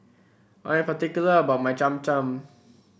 I am particular about my Cham Cham